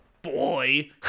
boy